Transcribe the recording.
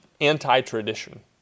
anti-tradition